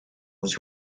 was